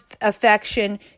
affection